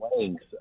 length